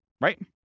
right